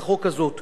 לחם,